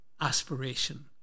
aspiration